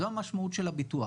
זו המשמעות של הביטוח.